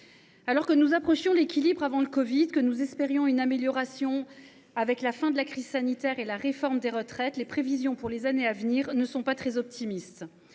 Alors que nous approchions l’équilibre avant le covid 19 et que nous espérions une amélioration avec la fin de la crise sanitaire et la réforme des retraites, les prévisions pour les années à venir ne sont pas très optimistes.